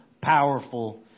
powerful